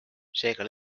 seega